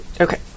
Okay